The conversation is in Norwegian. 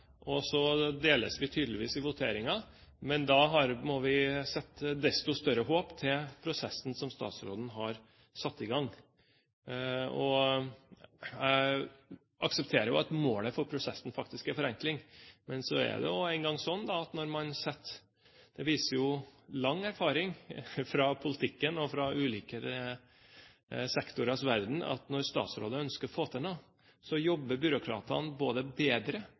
Vi deles tydeligvis ved voteringen, men da må vi sette desto større håp til prosessen som statsråden har satt i gang. Jeg aksepterer at målet for prosessen faktisk er forenkling. Men så er det engang slik – det viser lang erfaring fra politikken og fra ulike sektorers verden – at når statsråder ønsker å få til noe, jobber byråkratene både bedre